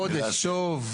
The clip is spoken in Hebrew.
חודש טוב.